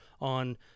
on